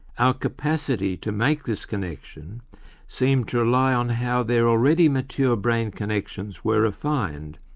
our capacity to make this connection seemed to rely on how their already mature brain connections were refined,